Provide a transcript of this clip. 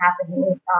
happening